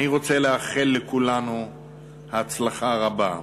אני רוצה לאחל לכולנו הצלחה רבה.